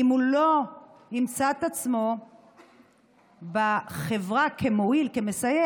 אם הוא לא ימצא את עצמו בחברה כמועיל וכמסייע.